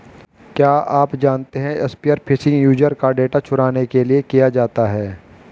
क्या आप जानते है स्पीयर फिशिंग यूजर का डेटा चुराने के लिए किया जाता है?